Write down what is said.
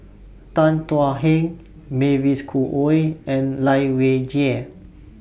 Tan Thuan Heng Mavis Khoo Oei and Lai Weijie